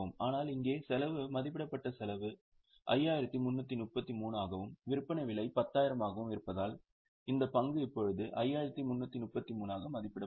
ஆனால் இங்கே செலவு மதிப்பிடப்பட்ட செலவு 5333 ஆகவும் விற்பனை விலை 10000 ஆகவும் இருப்பதால் இந்த பங்கு இப்போது 5333 ஆக மதிப்பிடப்படும்